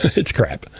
it's crap.